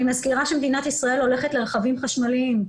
אני מזכירה שמדינת ישראל הולכת לרכבים חשמליים.